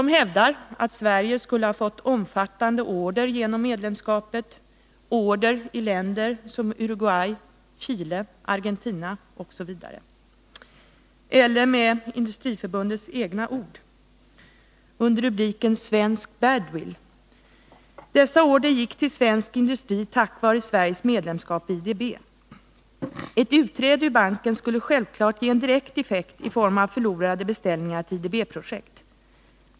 Man hävdar att Sverige skulle ha fått omfattande order genom medlemskapet — order i länder som Uruguay, Chile och Argentina. Med Industriförbundets egna ord under rubriken ”Svensk ”bad-will” ”: ”Dessa order gick till svensk industri tack vare Sveriges medlemskap i IDB. Ett utträde ur banken skulle självklart ge en direkt effekt i form av förlorade beställningar till IDB-projekt.